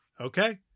okay